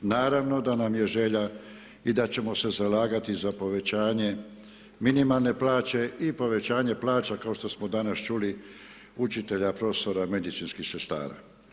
Naravno da nam je želja i da ćemo se zalagati za povećanje minimalne plaće i povećanje plaća kao što smo danas čuli učitelja, profesora, medicinskih sestara.